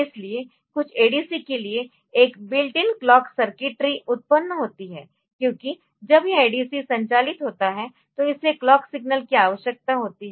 इसलिए कुछ ADC के लिए एक बिल्ट इन क्लॉक सर्किट्री उत्पन्न होती है क्योंकि जब यह ADC संचालित होता है तो इसे क्लॉक सिग्नल की आवश्यकता होती है